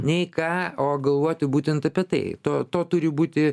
nei ką o galvoti būtent apie tai to to turi būti